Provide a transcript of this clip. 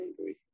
angry